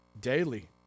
daily